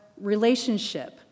relationship